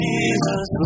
Jesus